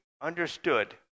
understood